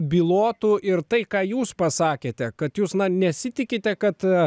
bylotų ir tai ką jūs pasakėte kad jūs nesitikite kad